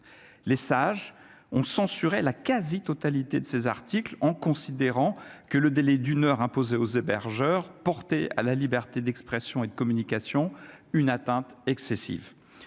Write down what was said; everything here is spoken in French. les sages ont censuré la quasi-totalité de ses articles, en considérant que le délai d'une heure, imposer aux hébergeurs à la liberté d'expression et de communication, une atteinte excessive,